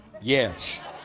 yes